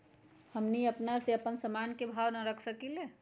हमनी अपना से अपना सामन के भाव न रख सकींले?